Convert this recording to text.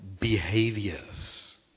behaviors